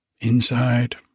inside